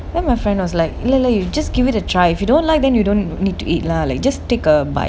then my friend was like இல்ல இல்ல:illa illa you just give it a try if you don't like then you don't need to eat lah like just take a bite